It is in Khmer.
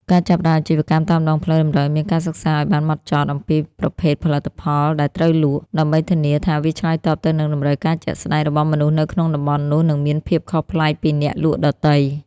ការចាប់ផ្ដើមអាជីវកម្មតាមដងផ្លូវតម្រូវឱ្យមានការសិក្សាឱ្យបានហ្មត់ចត់អំពីប្រភេទផលិតផលដែលត្រូវលក់ ដើម្បីធានាថាវាឆ្លើយតបទៅនឹងតម្រូវការជាក់ស្ដែងរបស់មនុស្សនៅក្នុងតំបន់នោះ និងមានភាពខុសប្លែកពីអ្នកលក់ដទៃ។